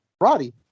Roddy